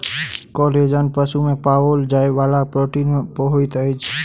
collagen पशु में पाओल जाइ वाला प्रोटीन होइत अछि